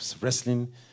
wrestling